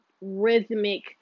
rhythmic